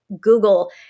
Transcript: Google